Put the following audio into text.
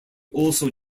also